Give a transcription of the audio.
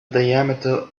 diameter